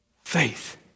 Faith